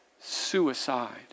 suicide